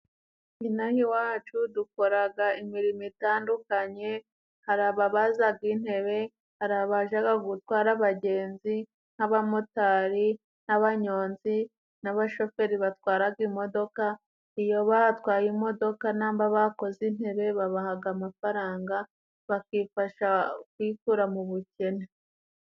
Inaha iwacu dukoraga imirimo itandukanye hari ababazaga intebe, hari abajaga gutwara abagenzi nk'abamotari, n'abanyonzi, n'abashoferi batwaraga imodoka. Iyo batwaye imodoka, namba bakoze intebe, babahaga amafaranga bakifasha kwikura mu bukene.